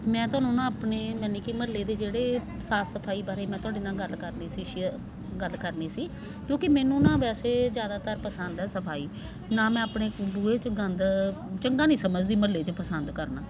ਮੈਂ ਤੁਹਾਨੂੰ ਨਾ ਆਪਣੇ ਯਾਨੀ ਕਿ ਮੁਹੱਲੇ ਦੇ ਜਿਹੜੇ ਸਾਫ਼ ਸਫਾਈ ਬਾਰੇ ਮੈਂ ਤੁਹਾਡੇ ਨਾਲ ਗੱਲ ਕਰਨੀ ਸੀ ਸ਼ੇਅਰ ਗੱਲ ਕਰਨੀ ਸੀ ਕਿਉਂਕਿ ਮੈਨੂੰ ਨਾ ਵੈਸੇ ਜ਼ਿਆਦਾਤਰ ਪਸੰਦ ਹੈ ਸਫਾਈ ਨਾ ਮੈਂ ਆਪਣੇ ਬੂਹੇ 'ਚ ਗੰਦ ਚੰਗਾ ਨਹੀਂ ਸਮਝਦੀ ਮੁਹੱਲੇ 'ਚ ਪਸੰਦ ਕਰਨਾ